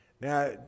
Now